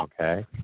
okay